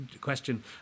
question